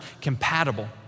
compatible